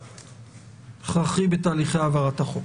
זה הכרחי בתהליכי העברת החוק.